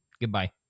Goodbye